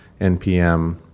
NPM